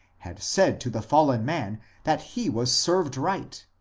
had said to the fallen man that he was served right,